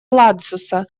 ладсуса